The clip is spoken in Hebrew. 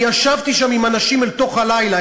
אני ישבתי שם עם אנשים אל תוך הלילה,